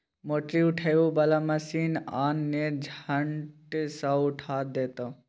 मोटरी उठबै बला मशीन आन ने झट सँ उठा देतौ